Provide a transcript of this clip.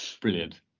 Brilliant